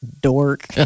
Dork